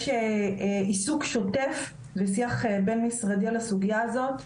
יש עיסוק שוטף ושיח בין-משרדי על הסוגיה הזאת.